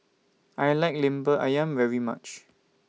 I like Lemper Ayam very much